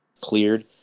cleared